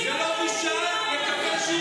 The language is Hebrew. זו לא בושה לקבל שיעור בהיסטוריה.